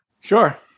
Sure